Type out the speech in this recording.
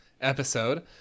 episode